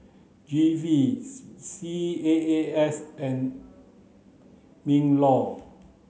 G V C C A A S and MINLAW